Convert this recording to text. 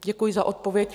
Děkuji za odpověď.